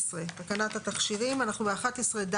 11, תקנת התכשירים, אנחנו ב-11(ד).